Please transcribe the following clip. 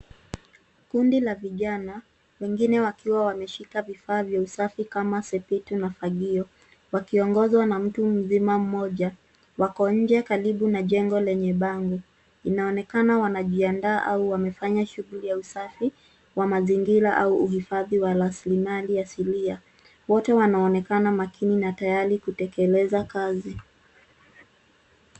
Kundi la vijana, wengine wakiwa wameshika vifaa vya usafi kama sebitu na fagio, wakiongozwa na mtu mzima mmoja. Wako nje karibu na jengo lenye bango, inaonekana wanajiandaa au wamefanya shughuli ya usafi wa mazingira au uhifadhi wa raslimali asilia. Wote wanaonekana makini na tayari kutekeleza kazi.